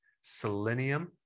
selenium